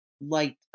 light